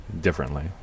differently